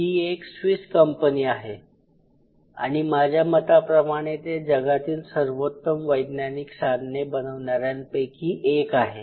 ही एक Swiss company आहे आणि माझ्या मताप्रमाणे ते जगातील सर्वोत्तम वैज्ञानिक साधने बनवणाऱ्यांपैकी एक आहे